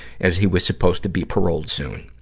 as he was supposed to be paroled soon.